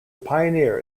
pioneer